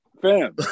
fam